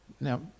Now